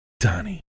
Donnie